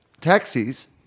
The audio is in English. Taxis